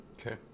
Okay